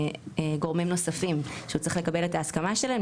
גורמים נוספים שהוא צריך לקבל את ההסכמה שלהם,